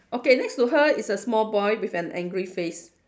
okay next to her is a small boy with an angry face